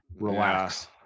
Relax